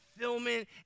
fulfillment